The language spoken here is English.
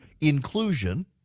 inclusion